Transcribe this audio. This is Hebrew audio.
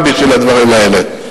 גם בשביל הדברים האלה.